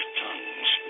tongues